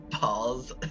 balls